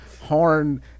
horn